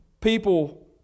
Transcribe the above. people